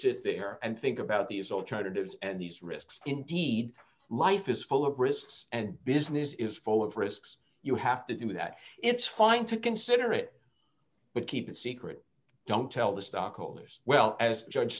sit there and think about these alternatives and these risks indeed life is full of risks and business is full of risks you have to do that it's fine to consider it but keep it secret don't tell the stockholders well as judge